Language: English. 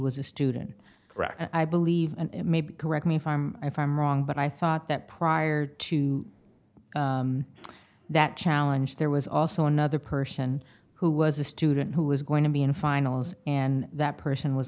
was a student i believe and maybe correct me if i'm if i'm wrong but i thought that prior to that challenge there was also another person who was a student who was going to be in finals and that person was